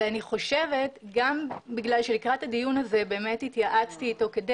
ואני חושבת גם בגלל שלקראת הדיון הזה התייעצתי אתו כדי